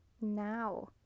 now